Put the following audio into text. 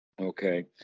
Okay